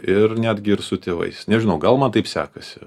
ir netgi ir su tėvais nežinau gal man taip sekasi